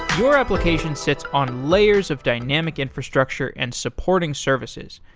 your application sits on layers of dynamic infrastructure and supporting services.